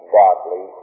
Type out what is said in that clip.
godly